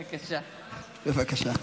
בבקשה.